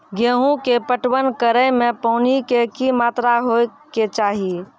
गेहूँ के पटवन करै मे पानी के कि मात्रा होय केचाही?